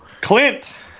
clint